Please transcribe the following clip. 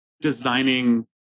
designing